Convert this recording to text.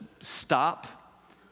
stop